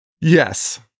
Yes